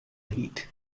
heat